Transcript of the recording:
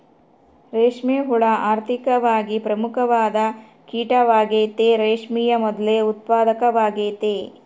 ರೇಷ್ಮೆ ಹುಳ ಆರ್ಥಿಕವಾಗಿ ಪ್ರಮುಖವಾದ ಕೀಟವಾಗೆತೆ, ರೇಷ್ಮೆಯ ಮೊದ್ಲು ಉತ್ಪಾದಕವಾಗೆತೆ